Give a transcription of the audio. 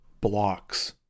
Blocks